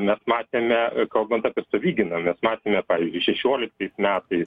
mes matėme kalbant apie savigyną mes matėme pavyzdžiui šešioliktais metais